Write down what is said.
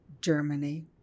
Germany